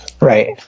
Right